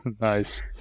Nice